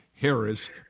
Harris